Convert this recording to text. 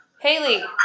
Haley